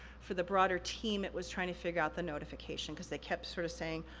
for the broader team, it was trying to figure out the notification, cause they kept sorta saying,